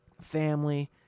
family